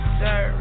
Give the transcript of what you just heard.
sir